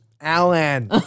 Alan